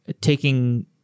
taking